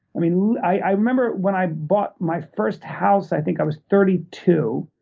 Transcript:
i mean i remember when i bought my first house, i think i was thirty two,